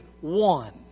one